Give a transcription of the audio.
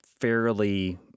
fairly